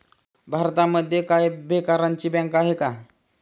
भारतामध्ये काय बेकारांची बँक आहे का?